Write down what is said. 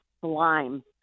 slime